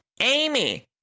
Amy